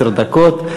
עשר דקות,